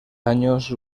años